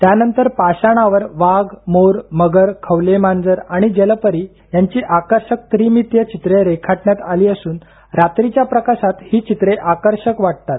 त्यानंतर पाषाणावर वाघ मोर मगर खवले मांजर आणि जलपरी यांची आकर्षक त्रिमितीय चित्रे रेखाटण्यात आली असुन रात्रीच्या प्रकाशात ही चित्रे आकर्षक वाटतात